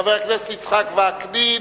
חבר הכנסת יצחק וקנין,